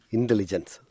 Intelligence